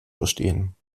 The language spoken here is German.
verstehen